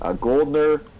Goldner